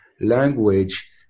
language